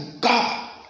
God